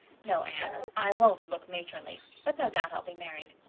no, anne, i won't look matronly. but no doubt i'll be married.